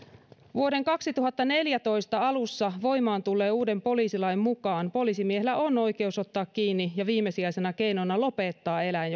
vuoden kaksituhattaneljätoista alussa voimaan tulleen uuden poliisilain mukaan poliisimiehellä on oikeus ottaa kiinni ja viimesijaisena keinona lopettaa eläin